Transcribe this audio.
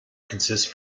consists